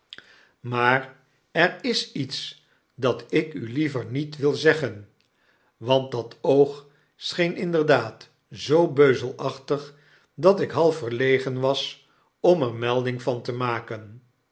maar er is iets dat ik u liever niet wil zeggen want dat oog scheen inderdaad zoobeuzelachtig dat ik half verlegen was om er melding van te maken